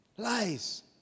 lies